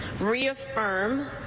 reaffirm